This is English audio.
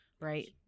right